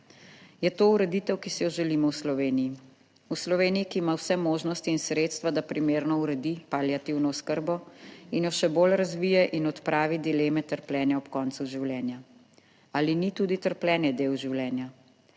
Je to ureditev, ki si jo želimo v Sloveniji? V Sloveniji, ki ima vse možnosti in sredstva, da primerno uredi paliativno oskrbo in jo še bolj razvije in odpravi dileme trpljenja ob koncu življenja. Ali ni tudi trpljenje del življenja?